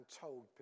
told